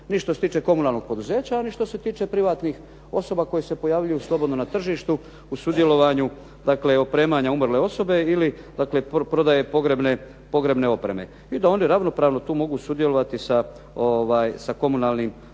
Ni što se tiče komunalnog poduzeća, ni što se tiče privatnih osoba koje se pojavljuju slobodno na tržištu u sudjelovanju dakle opremanja umrle osobe ili prodaje pogrebne opreme. I da oni ravnopravno tu mogu sudjelovati sa komunalnim poduzećem.